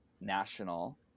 national